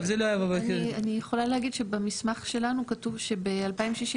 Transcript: אני יכולה להגיד שבמסמך שלנו כתוב שב-2065